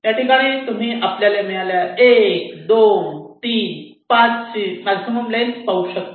या ठिकाणी तुम्ही आपल्याला मिळालेल्या 1 2 3 पाथ ची मॅक्झिमम पाथ लेन्थ पाहू शकतात